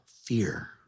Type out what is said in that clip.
fear